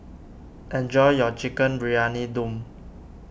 enjoy your Chicken Briyani Dum